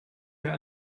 mehr